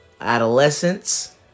adolescence